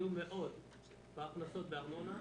נפגעו מאוד מההכנסות בארנונה